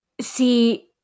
See